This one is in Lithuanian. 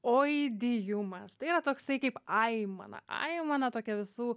oidiumas tai yra toksai kaip aimana aimana tokia visų